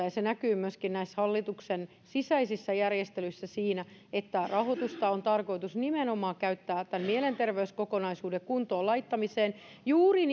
ja se näkyy myöskin näissä hallituksen sisäisissä järjestelyissä siinä että rahoitusta on tarkoitus nimenomaan käyttää tämän mielenterveyskokonaisuuden kuntoonlaittamiseen juuri